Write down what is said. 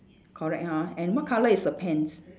correct ha and what colour is the pants